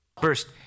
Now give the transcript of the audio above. First